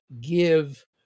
give